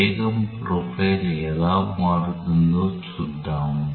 వేగం ప్రొఫైల్ ఎలా మారుతుందో చూద్దాము